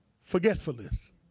Forgetfulness